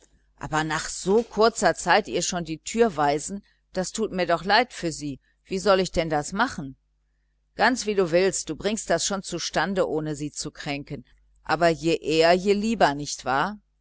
aber nach so kurzer zeit ihr schon die türe weisen das tut mir doch leid für sie wie soll ich denn das machen ganz wie du willst du bringst das schon zustande ohne sie zu kränken aber je eher je lieber nicht wahr